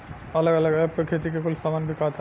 अलग अलग ऐप पर खेती के कुल सामान बिकाता